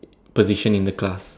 position in the class